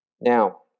Now